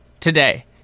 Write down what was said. today